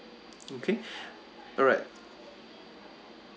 okay alright